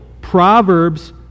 Proverbs